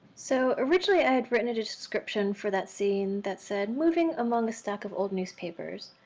so originally i had written and a description for that scene that said moving along a stack of old newspapers.